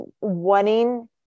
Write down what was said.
wanting